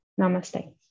Namaste